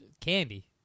candy